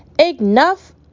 Enough